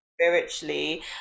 spiritually